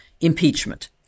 impeachment